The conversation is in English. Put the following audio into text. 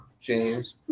James